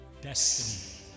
Destiny